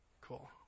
Cool